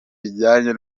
bijyanye